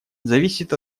зависит